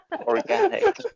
Organic